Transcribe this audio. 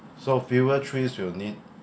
so fewer trees will need